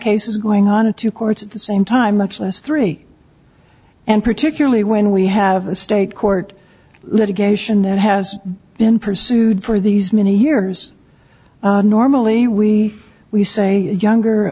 cases going on to court the same time much less three and particularly when we have a state court litigation that has been pursued for these many years normally we we say younger